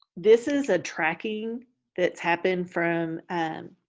this is a tracking that's happened from and